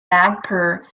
nagpur